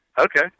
Okay